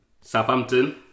Southampton